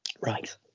right